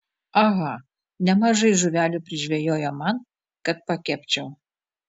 aha nemaža žuvelių prižvejojo man kad pakepčiau